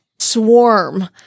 swarm